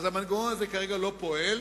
אז המנגנון הזה כרגע לא פועל,